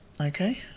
Okay